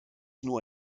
nur